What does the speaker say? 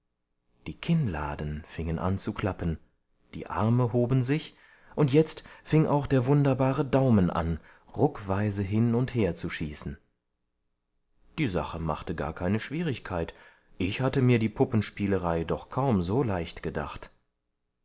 die kinnladen fingen an zu klappen die arme hoben sich und jetzt fing auch der wunderbare daumen an ruckweise hin und her zu schießen die sache machte gar keine schwierigkeit ich hatte mir die puppenspielerei doch kaum so leicht gedacht